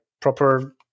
proper